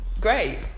Great